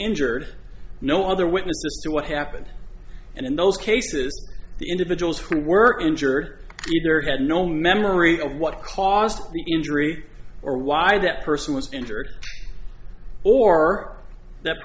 injured no other witnesses to what happened and in those cases the individuals who were injured either had no memory of what caused the injury or why that person was injured or that